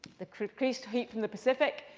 the increased heat from the pacific,